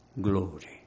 glory